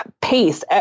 Pace